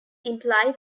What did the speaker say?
imply